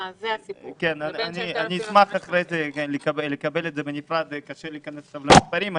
אני אשמח לקבל את זה בנפרד כי קשה להיכנס למספרים.